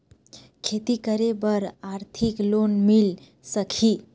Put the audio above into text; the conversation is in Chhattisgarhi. खेती करे बर आरथिक लोन मिल सकही?